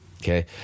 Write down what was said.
Okay